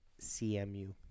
CMU